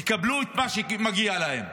יקבלו את מה שמגיע להם.